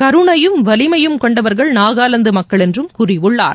கருணையும் வலிமையும் கொண்டவர்கள் நாகாலாந்து மக்கள் என்றும் கூறியுள்ளார்